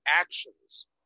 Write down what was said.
actions